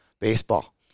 baseball